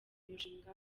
umushinga